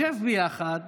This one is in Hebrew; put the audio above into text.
ביחד,